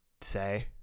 say